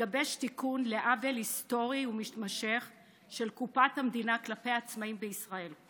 מתגבש תיקון לעוול היסטורי ומתמשך של קופת המדינה כלפי העצמאים בישראל.